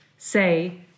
say